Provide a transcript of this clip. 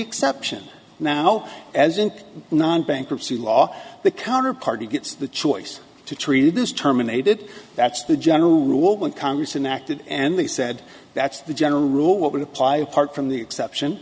exception now as in non bankruptcy law the counter party gets the choice to treat is terminated that's the general rule when congress enacted and they said that's the general rule would apply apart from the exception